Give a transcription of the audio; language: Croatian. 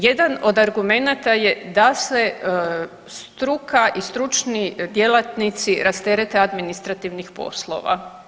Jedan od argumenata je da se struka i stručni djelatnici rasterete administrativnih poslova.